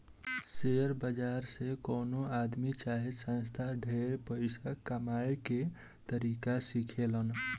share बाजार से कवनो आदमी चाहे संस्था ढेर पइसा कमाए के तरीका सिखेलन